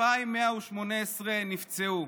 2,118 נפצעו,